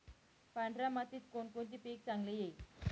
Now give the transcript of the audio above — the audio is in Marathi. पांढऱ्या मातीत कोणकोणते पीक चांगले येईल?